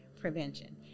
prevention